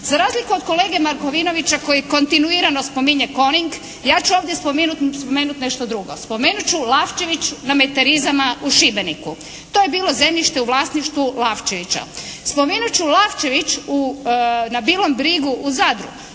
Za razliku od kolege Markovinovića koji kontinuirano spominje "Coning" ja ću ovdje spomenuti nešto drugo. Spomenuti ću Lavčević … u Šibeniku, to je bilo zemljište u vlasništvu Lavčevića. Spomenut ću Lavčević na Bilom brigu u Zadru,